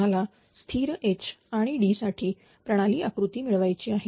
तुम्हाला स्थिर H आणि D साठी प्रणाली आकृती मिळवायची आहे